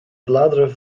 bladeren